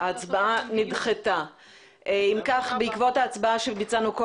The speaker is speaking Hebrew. הצבעה בעד, 1 נגד, 6 נמנעים, אין הרוויזיה לא